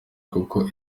kuko